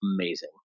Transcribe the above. amazing